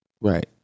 Right